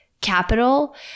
capital